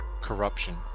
Corruption